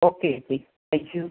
okay ചേച്ചി thank U